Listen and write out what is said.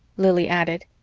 lili added,